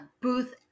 booth